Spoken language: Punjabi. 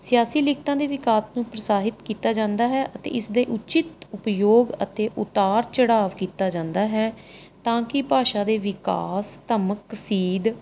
ਸਿਆਸੀ ਲਿਖਤਾਂ ਦੇ ਵਿਕਾਸ ਨੂੰ ਪ੍ਰੋਤਸਾਹਿਤ ਕੀਤਾ ਜਾਂਦਾ ਹੈ ਅਤੇ ਇਸ ਦੇ ਉਚਿਤ ਉਪਯੋਗ ਅਤੇ ਉਤਾਰ ਚੜਾਵ ਕੀਤਾ ਜਾਂਦਾ ਹੈ ਤਾਂ ਕਿ ਭਾਸ਼ਾ ਦੇ ਵਿਕਾਸ ਧਮਕ ਸੀਦ